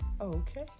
Okay